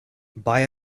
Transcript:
buy